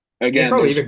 again